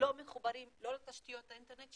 לא מחוברים לא לתשתיות האינטרנט,